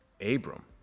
Abram